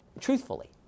truthfully